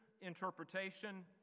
interpretation